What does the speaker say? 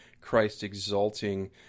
Christ-exalting